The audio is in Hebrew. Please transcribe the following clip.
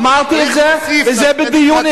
אמרתי את זה, וזה בְּדיונים.